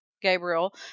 Gabriel